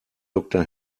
doktor